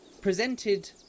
presented